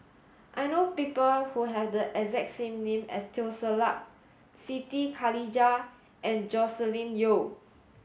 I know people who have the exact name as Teo Ser Luck Siti Khalijah and Joscelin Yeo